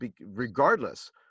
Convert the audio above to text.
regardless